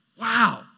Wow